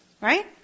Right